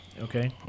Okay